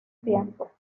tiempo